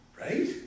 right